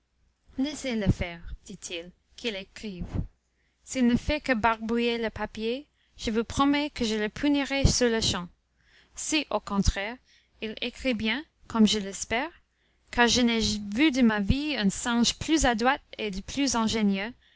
laissez-le faire dit-il qu'il écrive s'il ne fait que barbouiller le papier je vous promets que je le punirai sur-le-champ si au contraire il écrit bien comme je l'espère car je n'ai vu de ma vie un singe plus adroit et plus ingénieux